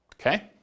Okay